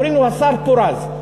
קוראים לו השר פורז,